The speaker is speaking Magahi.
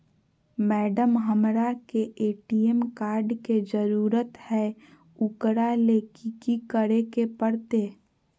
मैडम, हमरा के ए.टी.एम कार्ड के जरूरत है ऊकरा ले की की करे परते?